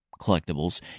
collectibles